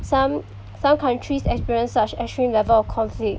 some some countries experience such extreme level of conflict